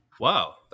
Wow